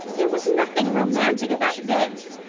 there was nothing romantic about this.